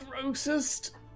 grossest